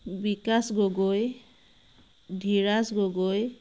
Bikash Gogoi Dhiraj Gogoi